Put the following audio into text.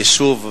יישוב,